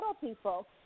people